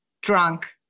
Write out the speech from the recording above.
drunk